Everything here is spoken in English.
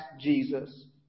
Jesus